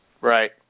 Right